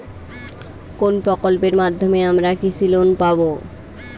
কোন প্রকল্পের মাধ্যমে আমরা কৃষি লোন পাবো?